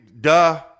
Duh